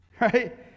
Right